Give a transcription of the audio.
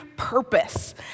purpose